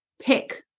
pick